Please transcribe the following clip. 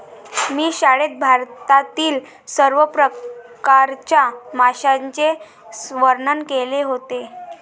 मी शाळेत भारतातील सर्व प्रकारच्या माशांचे वर्णन केले होते